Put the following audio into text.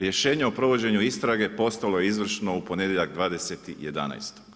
Rješenje o provođenju istragu, postalo je izvršno u ponedjeljak 20.11.